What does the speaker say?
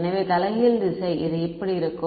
எனவே தலைகீழ் திசை இது இப்படி இருக்கும்